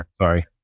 sorry